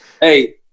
Hey